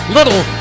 Little